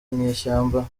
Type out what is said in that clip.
inyeshyamba